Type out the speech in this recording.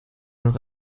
noch